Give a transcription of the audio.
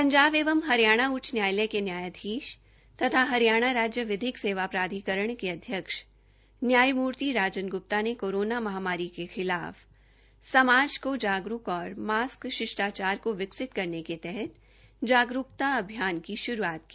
पंजाब एवं हरियाणा उच्च न्यायालय के न्यायाधीष तथा हरियाणा राज्य विधिक सेवा प्राधिकरण के अध्यक्ष न्यायमूर्ति राजन गुप्ता ने कोरोना महामारी के खिलाफ समाज को जागरूक और मास्क शिष्टाचार को विकसित करने के तहत जागरूकता अभियान की शुरुआत की